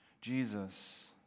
Jesus